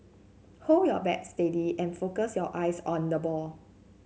hold your bat steady and focus your eyes on the ball